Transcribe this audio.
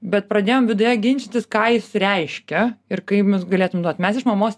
bet pradėjom viduje ginčytis ką jis reiškia ir kaip mes galėtumėm duot mes iš mamos